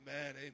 amen